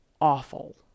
awful